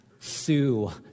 Sue